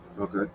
Okay